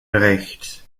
rechts